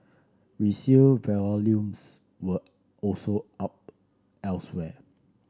resale volumes were also up elsewhere